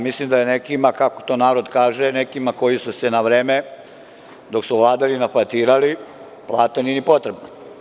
Mislim da je nekima kako to narod kaže, nekima koji su se na vreme dok su vladali nafatirali, plata nije ni potrebna.